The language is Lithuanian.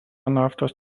naftos